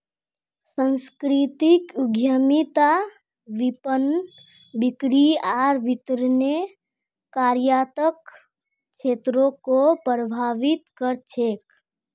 सांस्कृतिक उद्यमिता विपणन, बिक्री आर वितरनेर कार्यात्मक क्षेत्रको प्रभावित कर छेक